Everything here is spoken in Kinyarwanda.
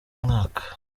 mwaka